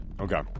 Okay